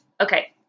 Okay